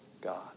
God